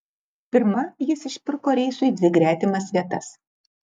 pirma jis išpirko reisui dvi gretimas vietas